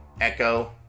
Echo